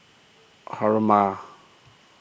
Haruma